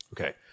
Okay